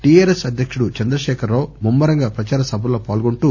TRS అధ్యకుడు చంద్రశేఖర్ రావు ముమ్మరంగా ప్రచార సభల్లోపాల్గొంటు